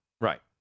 Right